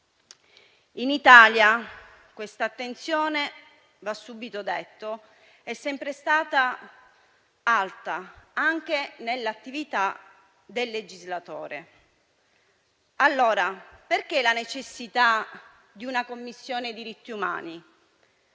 In Italia questa attenzione - va subito detto - è sempre stata alta, anche nell'attività del legislatore. Perché allora la necessità di una Commissione per la